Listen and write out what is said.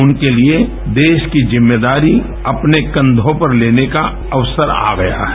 उनके लिए देश की ज़िम्मेदारी अपने कन्यों पर लेने का अवसर आ गया है